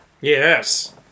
Yes